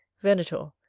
venator.